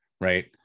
right